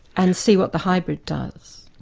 and see what the hybrid does.